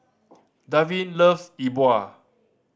Davin loves E Bua